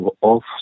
off